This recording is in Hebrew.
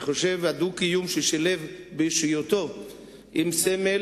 אני חושב שדו-הקיום שהוא שילב באישיותו זה סמל,